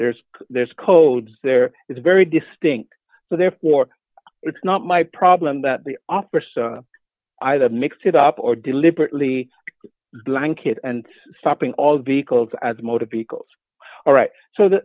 there's there's codes there is a very distinct so therefore it's not my problem that the officer either mixed it up or deliberately blanket and stopping all vehicles as motor vehicles all right so the